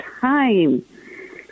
time